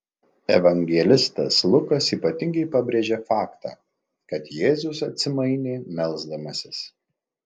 evangelistas lukas ypatingai pabrėžia faktą kad jėzus atsimainė melsdamasis